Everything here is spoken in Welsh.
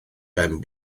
ben